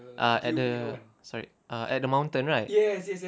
ah at the sorry ah at the mountain right